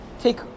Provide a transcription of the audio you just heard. Take